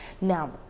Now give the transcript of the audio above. Now